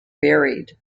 buried